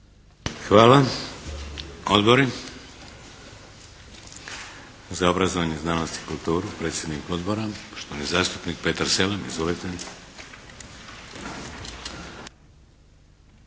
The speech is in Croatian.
Hvala. Odbori? Za obrazovanje, znanost i kulturu, predsjednik Odbora poštovani zastupnik Petar Selem. Izvolite.